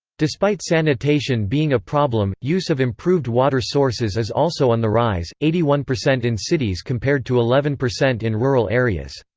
despite sanitation being a problem, use of improved water sources is also on the rise eighty one percent in cities compared to eleven percent in rural areas.